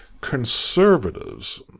conservatives